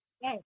Yes